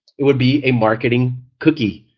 it would be a marketing cookie.